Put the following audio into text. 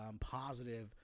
positive